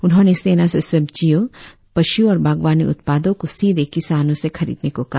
उन्होंने सेना से सब्जियाँ पश् और बागवानी उत्पादो को सीधे किसानों से खरीदने को कहा